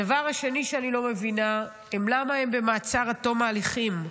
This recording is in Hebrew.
הדבר השני שאני לא מבינה הוא למה הם במעצר עד תום ההליכים.